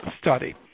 study